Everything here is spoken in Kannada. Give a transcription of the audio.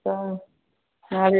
ಕ ಹಾಗೆ